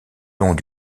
long